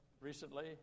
recently